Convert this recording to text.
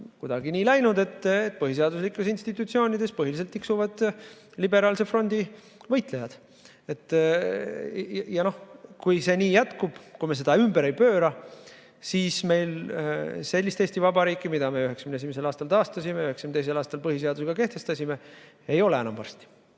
kuidagi nii läinud, et põhiseaduslikes institutsioonides tiksuvad põhiliselt liberaalse frondi võitlejad. Kui see nii jätkub, kui me seda ümber ei pööra, siis meil sellist Eesti Vabariiki, mille me 1991. aastal taastasime ja 1992. aastal põhiseadusega kehtestasime, varsti enam ei